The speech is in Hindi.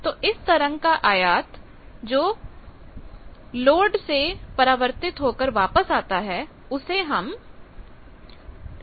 तो इस तरंग का आयात जो लोड से परावर्तित होकर वापस आता है उसे हम ΓL कहते हैं